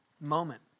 moment